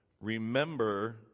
remember